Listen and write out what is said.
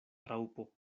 raŭpo